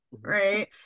right